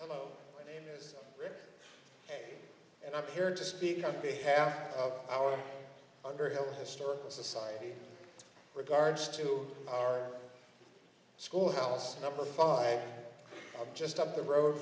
oh and i'm here to speak on behalf of our underhill historical society regards to our school house number five just up the road